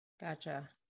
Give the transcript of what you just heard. Gotcha